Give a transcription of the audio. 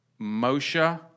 Moshe